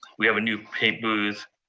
we have a new paint booth.